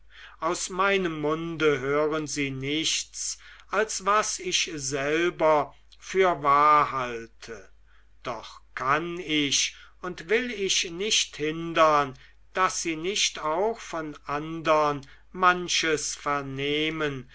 aus meinem munde hören sie nichts als was ich selber für wahr halte doch kann ich und will ich nicht hindern daß sie nicht auch von andern manches vernehmen